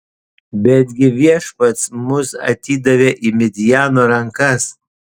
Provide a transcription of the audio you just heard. betgi viešpats mus atidavė į midjano rankas